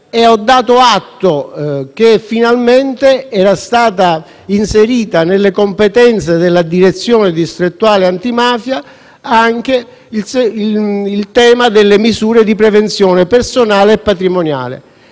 atto del fatto che finalmente era stato inserito tra le competenze della Direzione distrettuale antimafia anche il tema delle misure di prevenzione personale e patrimoniale.